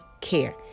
care